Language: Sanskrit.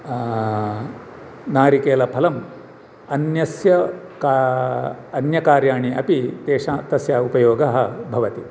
नारिकेलफलं अन्यस्य अन्यकार्याणि अपि तेष तस्य उपयोगः भवति